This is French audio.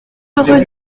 rue